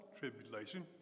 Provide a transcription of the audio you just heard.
tribulation